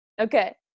Okay